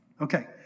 Okay